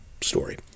story